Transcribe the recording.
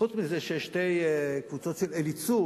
חוץ מזה שיש שתי קבוצות של "אליצור",